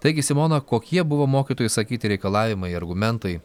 taigi simona kokie buvo mokytojų išsakyti reikalavimai argumentai